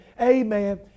Amen